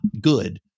good